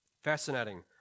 Fascinating